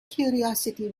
curiosity